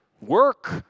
work